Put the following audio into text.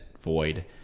void